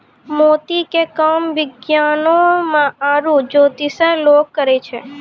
मोती के काम विज्ञानोॅ में आरो जोतिसें लोग करै छै